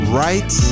right